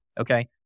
Okay